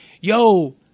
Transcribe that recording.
yo